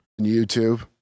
YouTube